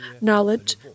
knowledge